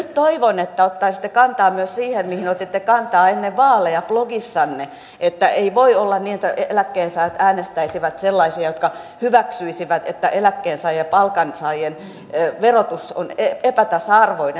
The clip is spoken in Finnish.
ja nyt toivon että ottaisitte kantaa myös siihen mihin otitte kantaa ennen vaaleja blogissanne että ei voi olla niin että eläkkeensaajat äänestäisivät sellaisia jotka hyväksyisivät että eläkkeensaajien verotus on palkansaajien verotukseen nähden epätasa arvoinen